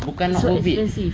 bukan not worth it